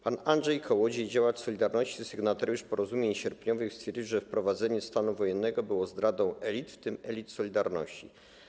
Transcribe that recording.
Pan Andrzej Kołodziej, działacz „Solidarności” i sygnatariusz porozumień sierpniowych, stwierdził, że wprowadzenie stanu wojennego było zdradą elit, w tym elit „Solidarności”